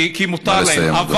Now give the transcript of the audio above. כי מותר להם, נא